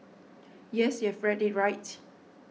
yes you've read it right